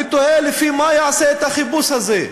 אני תוהה, לפי מה הוא יעשה את החיפוש הזה?